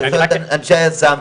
את אנשי היס"מ,